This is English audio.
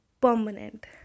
permanent